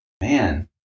man